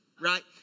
Right